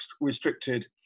restricted